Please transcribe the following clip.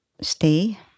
stay